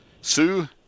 Sue